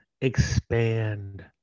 expand